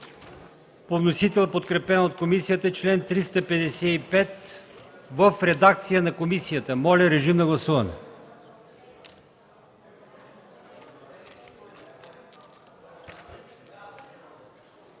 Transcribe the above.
по вносител, подкрепен от комисията; чл. 355 – в редакция на комисията. Моля, гласувайте.